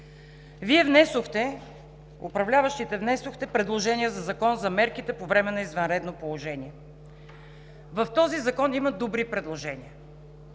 Вие, управляващите, внесохте предложение за закон за мерките по време на извънредно положение. В него има добри предложения.